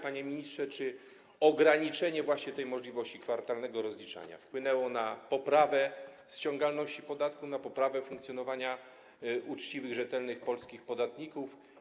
Panie ministrze, czy ograniczenie możliwości kwartalnego rozliczania wpłynęło na poprawę ściągalności podatku, na poprawę funkcjonowania uczciwych, rzetelnych polskich podatników?